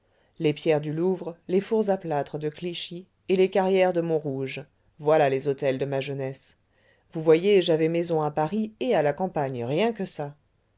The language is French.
les pierres du louvre les fours à plâtre de clichy et les carrières de montrouge voilà les hôtels de ma jeunesse vous voyez j'avais maison à paris et à la campagne rien que ça